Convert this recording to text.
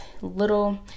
Little